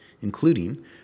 including